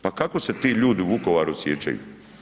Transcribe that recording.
Pa kako se ti ljudi u Vukovaru osjećaju?